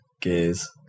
Gears